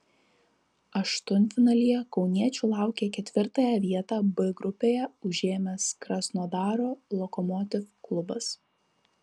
aštuntfinalyje kauniečių laukia ketvirtąją vietą b grupėje užėmęs krasnodaro lokomotiv klubas